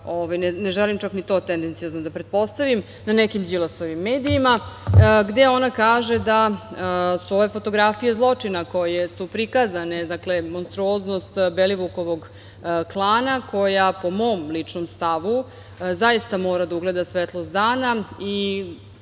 ne želim čak ni to tendenciozno da pretpostavim, na nekim Đilasovim medijima, gde ona kaže da su ove fotografije zločina koje su prikazane, dakle, monstruoznost Belivukovog klana, koje, po mom ličnom stavu, zaista mora da ugledaju svetlost dana.